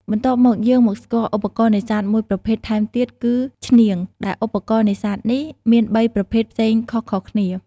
បន្ទាប់មកយើងមកស្គាល់ឧបករណ៍នេសាទមួយប្រភេទថែមទៀតគឺ ឈ្នាង ដែលឧបករណ៍នេសាទនេះ មាន៣ប្រភេទផ្សេងខុសៗគ្នា។